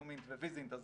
יומינט וויזינט,